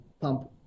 pump